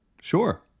Sure